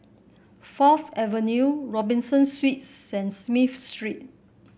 Fourth Avenue Robinson Suites and Smith Street